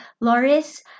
Loris